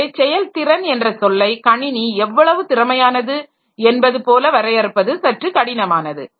எனவே செயல்திறன் என்ற சொல்லை கணினி எவ்வளவு திறமையானது என்பது போல வரையறுப்பது சற்று கடினமானது